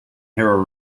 harrow